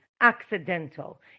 accidental